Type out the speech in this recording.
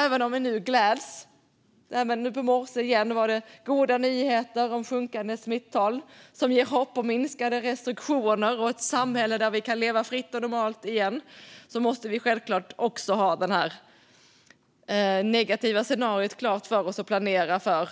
Även om det i morse var goda nyheter om sjunkande smittal, som ger hopp om minskade restriktioner och ett samhälle där vi kan leva fritt och normalt igen, måste vi självklart också ha det negativa scenariot klart för oss och planera för